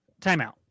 Timeout